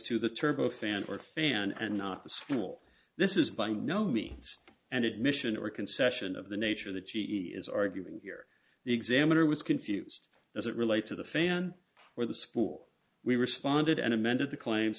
to the turbo fan or fan and not the school this is by no means an admission or concession of the nature of the g e is arguing here the examiner was confused as it relates to the fan or the school we responded and amended the claims